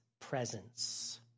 presence